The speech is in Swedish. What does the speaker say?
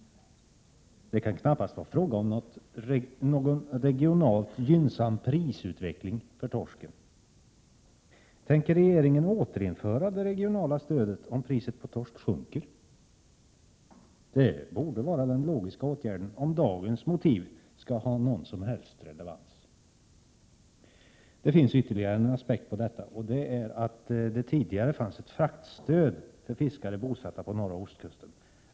Det kan knappast vara fråga om någon regionalt gynnsam prisutveckling för torsken. Tänker regeringen återinföra det regionala stödet om priset på torsk sjunker? Det borde vara den logiska åtgärden om dagens motiv skall ha någon som helst relevans. Det finns ytterligare en aspekt på detta, och den är att det tidigare fanns ett fraktstöd för fiskare bosatta på norra ostkusten.